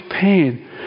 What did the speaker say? pain